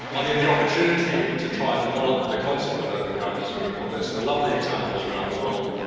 ah the the opportunity to try and develop the concept of urban gardens is really important. there's some lovely examples around the world.